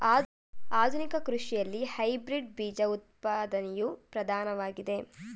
ಆಧುನಿಕ ಕೃಷಿಯಲ್ಲಿ ಹೈಬ್ರಿಡ್ ಬೀಜ ಉತ್ಪಾದನೆಯು ಪ್ರಧಾನವಾಗಿದೆ